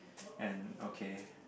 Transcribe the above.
and okay